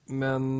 men